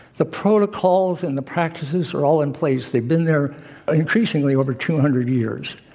the protocols and the practices are all in place. they've been there increasingly over two hundred years.